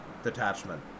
detachment